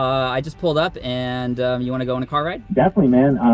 i just pulled up. and you wanna go on a car ride? definitely man.